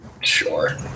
sure